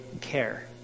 care